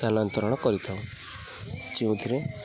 ସ୍ଥାନାନ୍ତରଣ କରିଥାଉ ଯେଉଁଥିରେ